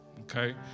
okay